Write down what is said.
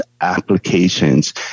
applications